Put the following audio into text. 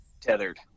Tethered